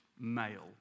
Male